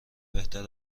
بهتر